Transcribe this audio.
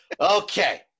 Okay